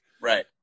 Right